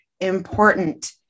important